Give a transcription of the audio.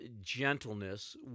gentleness